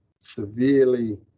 severely